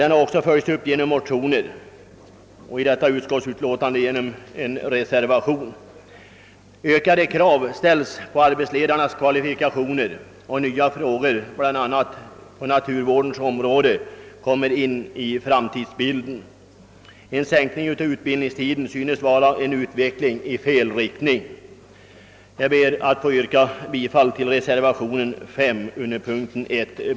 Den har också framförts i motioner och i en reservation till det föreliggande utskottsutlåtandet. Ökade krav ställs på arbetsledarnas kvalifikationer, och nya frågor, bl.a. på naturvårdens område, kommer in i bilden i framtiden. En sänkning av utbildningstiden synes därför vara en utveckling i fel riktning. Jag ber att få yrka bifall till reservationen 5.1.